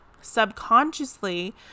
subconsciously